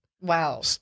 wow